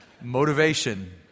motivation